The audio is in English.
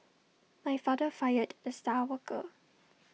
my father fired the star worker